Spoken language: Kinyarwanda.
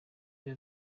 biba